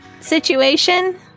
situation